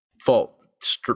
fault